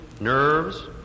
nerves